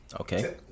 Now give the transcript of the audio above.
Okay